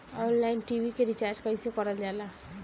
Online TV के recharge कईसे करल जाला?